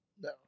No